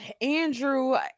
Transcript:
andrew